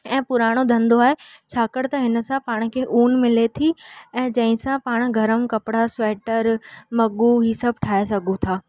ऐं पुराणो धंधो आहे छाकाणि त हिन सां पाण खे ऊन मिले थी ऐं जंहिं सा पाण गर्म कपिड़ा स्वेटर मगूं ही सभु ठाहे सघूं था